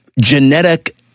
genetic